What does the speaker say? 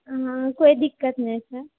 हँ कोई दिक्कत नहि छै